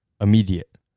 immediate